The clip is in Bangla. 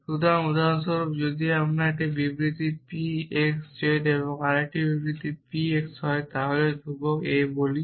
সুতরাং উদাহরণস্বরূপ যদি আমার একটি বিবৃতি p x z এবং আরেকটি বিবৃতি p x থাকে তাহলে ধ্রুবক a বলি